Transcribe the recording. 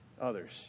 others